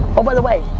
oh, by the way,